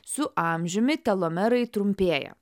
su amžiumi telomerai trumpėja